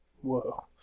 Whoa